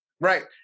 Right